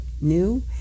new